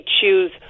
choose